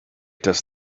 das